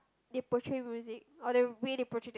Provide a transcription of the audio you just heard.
they portray music oh the way they portray that